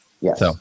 Yes